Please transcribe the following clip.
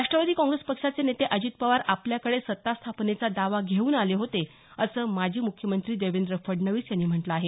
राष्ट्वादी काँग्रेस पक्षाचे नेते अजित पवार आपल्याकडे सत्ता स्थापनेचा दावा घेऊन आले होते असं माजी मुख्यमंत्री देवेंद्र फडणवीस यांनी म्हटलं आहे